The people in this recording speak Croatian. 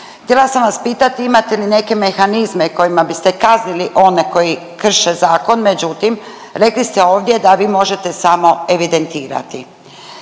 Htjela sam vas pitati imate li neke mehanizme kojima biste kaznili one koji krše zakon, međutim rekli ste ovdje da vi možete samo evidentirati.